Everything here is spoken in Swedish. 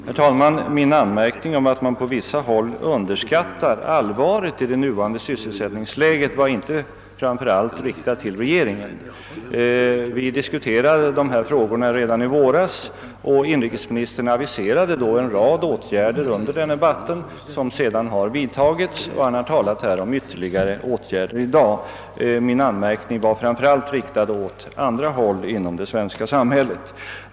Herr talman! Min anmärkning att man på vissa håll underskattar allvaret i det nuvarande sysselsättningsläget var inte främst riktad till regeringen. Vi diskuterade dessa frågor redan i våras, och inrikesministern aviserade under den debatten en rad åtgärder som sedan vidtagits. I dag har inrikesministern talat om ytterligare åtgärder. Min anmärkning var framför allt riktad åt andra håll inom det svenska samhället.